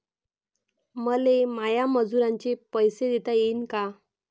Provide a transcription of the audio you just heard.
मले माया मजुराचे पैसे देता येईन का?